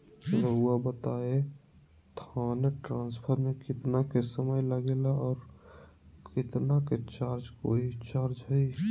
रहुआ बताएं थाने ट्रांसफर में कितना के समय लेगेला और कितना के चार्ज कोई चार्ज होई?